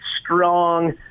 strong